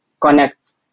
connect